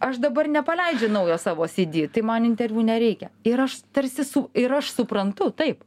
aš dabar nepaleidžiu naujo savo sydy tai man interviu nereikia ir aš tarsi su ir aš suprantu taip